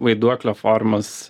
vaiduoklio formos